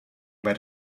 about